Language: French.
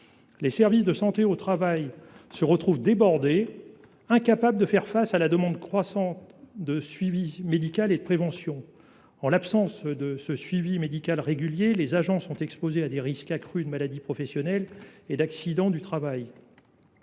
Les services de santé au travail se retrouvent débordés, incapables de faire face à la demande croissante de suivi médical et de prévention. En l’absence de suivi médical régulier, les agents sont exposés à des risques accrus de maladies professionnelles et d’accidents du travail.